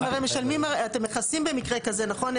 כי אתם הרי משלמים, אתם מכסים במקרה כזה, נכון?